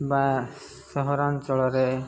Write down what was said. ବା ସହରାଞ୍ଚଳରେ